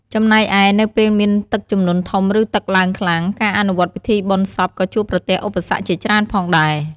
ចំណែកឯ នៅពេលមានទឹកជំនន់ធំ ឬទឹកឡើងខ្លាំង ការអនុវត្តពិធីបុណ្យសពក៏ជួបប្រទះឧបសគ្គជាច្រើនផងដែរ។